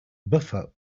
buffer